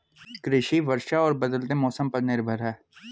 कृषि वर्षा और बदलते मौसम पर निर्भर है